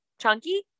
chunky